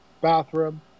bathroom